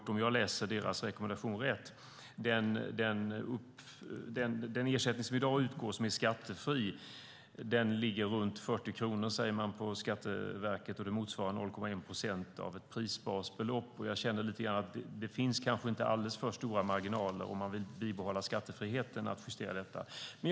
Om jag läser deras rekommendation rätt menar de att den ersättning som i dag utgår och som är skattefri ligger på runt 40 kronor, vilket motsvarar 0,1 procent av ett prisbasbelopp. Jag känner lite grann att det inte finns alldeles för stora marginaler när det gäller att justera detta om man vill bibehålla skattefriheten.